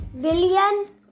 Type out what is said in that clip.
billion